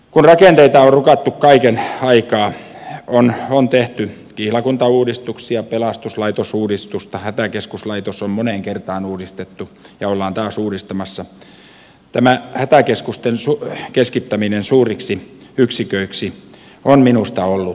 kun rakenteita on rukattu kaiken aikaa on tehty kihlakuntauudistuksia ja pelastuslaitosuudistusta hätäkeskuslaitos on moneen kertaan uudistettu ja sitä ollaan taas uudistamassa tämä hätäkeskusten keskittäminen suuriksi yksiköiksi on minusta ollut virhe